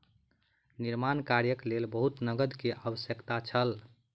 निर्माण कार्यक लेल बहुत नकद के आवश्यकता छल